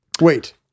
Wait